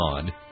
God